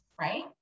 right